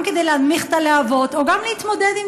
גם כדי להנמיך את הלהבות וגם להתמודד עם